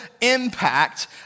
impact